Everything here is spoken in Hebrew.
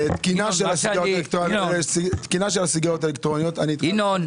תקינה של הסיגריות האלקטרוניות- - ינון,